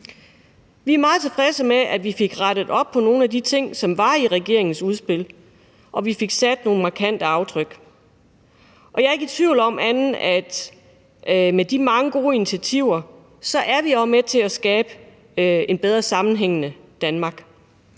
Vi er meget tilfredse med, at vi fik rettet op på nogle af de ting, som var i regeringens udspil, og at vi fik sat nogle markante aftryk. Og jeg er ikke i tvivl om, at med de mange gode initiativer er vi også med til at skabe et mere sammenhængende Danmark.